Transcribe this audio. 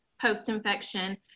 post-infection